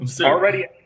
Already